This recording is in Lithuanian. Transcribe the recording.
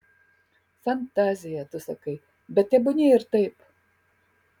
fantazija tu sakai bet tebūnie ir taip